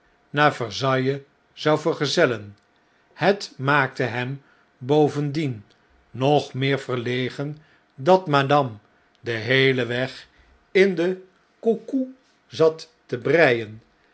naar versailles zou vergezellen het maakte hem bovendien nog meer iii asfe in londen en paeijs verlegen dat madame den heelen weg in de coucou zat te breien